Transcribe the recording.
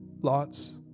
lots